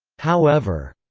however,